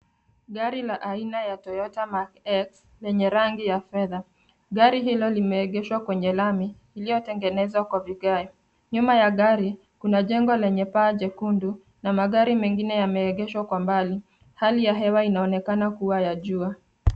Gari la aina ya Toyota Mark X lenye rangi ya fedha. Gari hilo limeegeshwa kwenye lami iliyotegenezwa kwa vigae. Nyuma ya gari, kuna jengo lenye paa jekundu na magari mengine yameegeshwa kwa mbali. Hali ya hewa inaonekana kuwa ya jua.